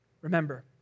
Remember